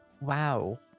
Wow